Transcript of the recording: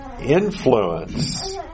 influence